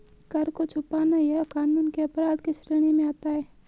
कर को छुपाना यह कानून के अपराध के श्रेणी में आता है